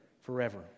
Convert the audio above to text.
forever